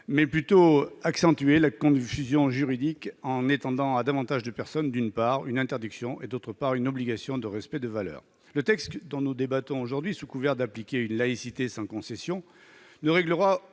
elle tend à accentuer la confusion juridique en étendant à davantage de personnes, d'une part, une interdiction et, d'autre part, l'obligation de respecter des valeurs. Le texte dont nous débattons aujourd'hui, sous couvert d'appliquer une laïcité sans concession, ne comblera